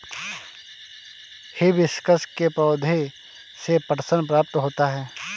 hibiscus के पौधे से पटसन प्राप्त होता है